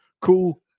cool